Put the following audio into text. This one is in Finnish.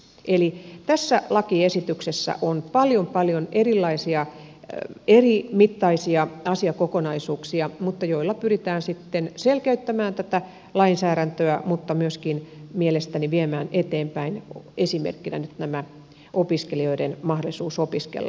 eli tässä lakiesityksessä on paljon paljon erilaisia eri mittaisia asiakokonaisuuksia joilla pyritään selkeyttämään tätä lainsäädäntöä mutta myöskin mielestäni viemään sitä eteenpäin esimerkkinä nyt tämä opiskelijoiden mahdollisuus opiskella sairauspäivärahalla